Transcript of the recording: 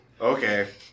Okay